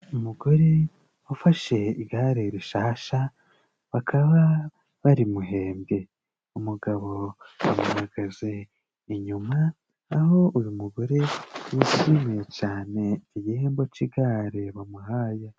Umugore wafashe igare rishasha bakaba barimuhembwe. Umugabo amuhagaze inyuma aho uyu mugore yishimiye cane igihembo c'igare bamuhaye.